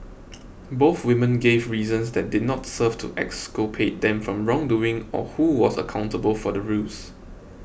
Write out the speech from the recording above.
both women gave reasons that did not serve to exculpate them from wrongdoing or who was accountable for the ruse